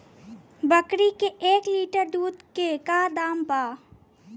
बकरी के एक लीटर दूध के का दाम बा?